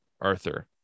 Arthur